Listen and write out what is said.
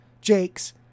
Jake's